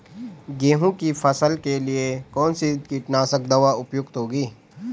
गेहूँ की फसल के लिए कौन सी कीटनाशक दवा उपयुक्त होगी?